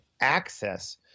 access